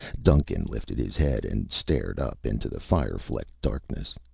duncan lifted his head and stared up into the fire-flecked darkness.